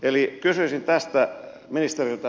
eli kysyisin tästä ministeriltä